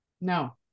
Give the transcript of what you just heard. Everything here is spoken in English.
No